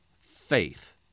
faith